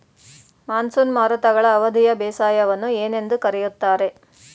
Monsoon ಮಾರುತಗಳ ಅವಧಿಯ ಬೇಸಾಯವನ್ನು ಏನೆಂದು ಕರೆಯುತ್ತಾರೆ?